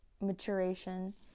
maturation